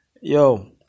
Yo